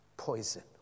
poison